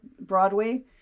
Broadway